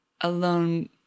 alone